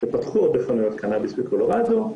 ופתחו הרבה חנויות קנאביס בקולורדו,